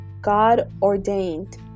God-ordained